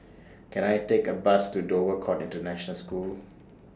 Can I Take A Bus to Dover Court International School